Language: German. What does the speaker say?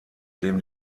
dem